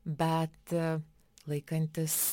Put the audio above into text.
bet laikantis